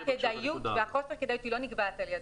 הכדאיות והחוסר כדאיות לא נקבעת על ידינו.